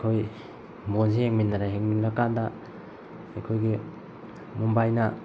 ꯑꯩꯈꯣꯏ ꯕꯣꯟꯁꯤ ꯌꯦꯡꯃꯤꯟꯅꯔꯦ ꯌꯦꯡꯃꯤꯟꯅꯔ ꯀꯥꯟꯗ ꯑꯩꯈꯣꯏꯒꯤ ꯃꯨꯝꯕꯥꯏꯅ